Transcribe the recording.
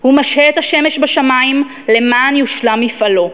הוא משהה את השמש בשמים למען יושלם מפעלו.